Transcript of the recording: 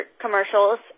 commercials